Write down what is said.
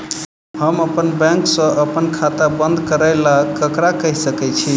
हम अप्पन बैंक सऽ अप्पन खाता बंद करै ला ककरा केह सकाई छी?